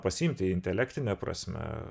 pasiimti intelektine prasme